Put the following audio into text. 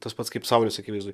tas pats kaip saulės akivaizdoj